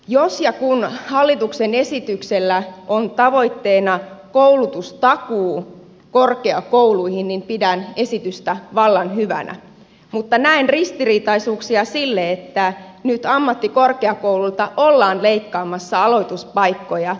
jos ja kun hallituksen esityksellä on tavoitteena koulutustakuu korkeakouluihin niin pidän esitystä vallan hyvänä mutta näen ristiriitaisuuksia sille että nyt ammattikorkeakouluilta ollaan leikkaamassa aloituspaikkoja